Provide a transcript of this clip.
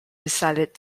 decided